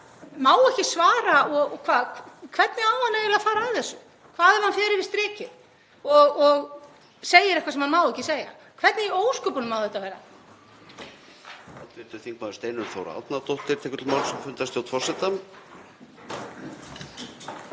má ekki svara. Hvernig á hann eiginlega að fara að þessu? Hvað ef hann fer yfir strikið og segir eitthvað sem má ekki segja? Hvernig í ósköpunum á þetta að vera?